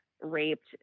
raped